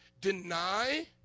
Deny